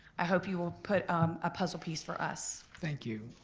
i hope you will put a puzzle piece for us. thank you.